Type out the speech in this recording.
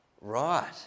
Right